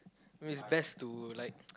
I mean it's best to like